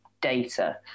data